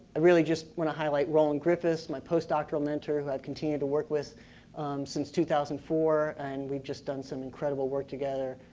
really just want to highlight roland griffiths my post doctoral mentor who i continue to work with since two thousand and four and we've just done some incredible work together.